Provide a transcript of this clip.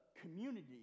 community